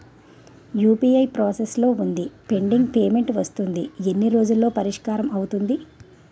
UPI process లో వుందిపెండింగ్ payment వస్తుంది ఎన్ని రోజుల్లో పరిష్కారం అవుతుంది